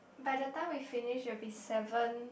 by the finish we finish it will be seven